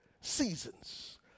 seasons